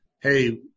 Hey